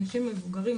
אנשים מבוגרים,